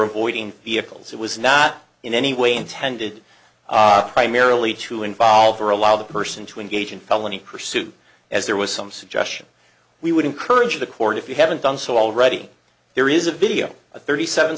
avoiding vehicles it was not in any way intended primarily to involve or allow the person to engage in felony pursuit as there was some suggestion we would encourage the court if you haven't done so already there is a video of thirty seven